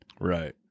Right